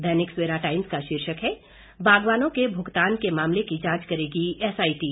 दैनिक Savera times का शीर्षक है बागवानों के भुगतान के मामले की जांच करेगी एसआईटी